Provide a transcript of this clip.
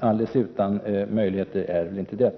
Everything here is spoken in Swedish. Alldeles utan möjligheter är de väl inte.